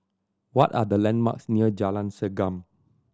what are the landmarks near Jalan Segam